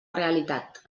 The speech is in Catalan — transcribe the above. realitat